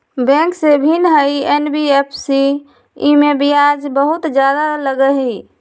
Bank से भिन्न हई एन.बी.एफ.सी इमे ब्याज बहुत ज्यादा लगहई?